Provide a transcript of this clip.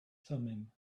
thummim